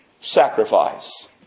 sacrifice